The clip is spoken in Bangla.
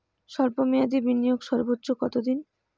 স্বল্প মেয়াদি বিনিয়োগ সর্বোচ্চ কত দিন?